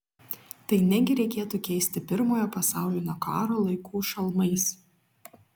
tai negi reikėtų keisti pirmojo pasaulinio karo laikų šalmais